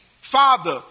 father